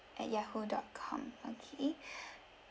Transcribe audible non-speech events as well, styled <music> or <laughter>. at Yahoo dot com okay <breath>